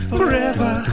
Forever